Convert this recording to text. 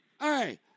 Hey